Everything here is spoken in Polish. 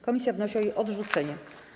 Komisja wnosi o jej odrzucenie.